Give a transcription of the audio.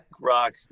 rock